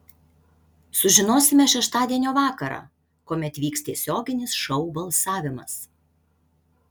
sužinosime šeštadienio vakarą kuomet vyks tiesioginis šou balsavimas